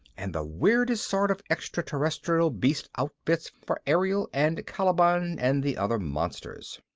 and the weirdest sort of extraterrestrial-beast outfits for ariel and caliban and the other monsters.